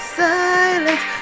silence